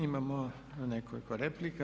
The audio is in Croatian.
Imamo nekoliko replika.